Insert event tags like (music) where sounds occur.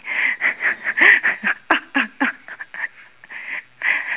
(laughs)